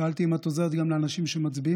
שאלתי אם את עוזרת גם לאנשים שמצביעים